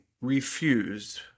refused